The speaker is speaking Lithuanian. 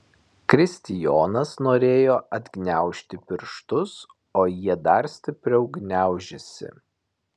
kristijonas norėjo atgniaužti pirštus o jie dar stipriau gniaužėsi